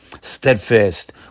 steadfast